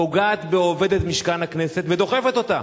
פוגעת בעובדת משכן הכנסת ודוחפת אותה.